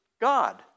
God